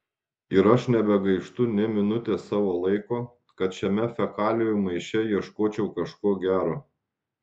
ir aš nebegaištu nė minutės savo laiko kad šiame fekalijų maiše ieškočiau kažko gero